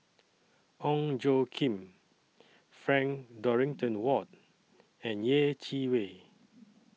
Ong Tjoe Kim Frank Dorrington Ward and Yeh Chi Wei